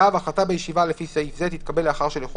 (ו)החלטה בישיבה לפי סעיף זה תתקבל לאחר שלכל